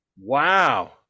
Wow